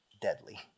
deadly